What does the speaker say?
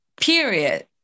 period